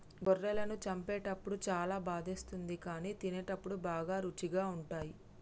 గొర్రెలను చంపేటప్పుడు చాలా బాధేస్తుంది కానీ తినేటప్పుడు బాగా రుచిగా ఉంటాయి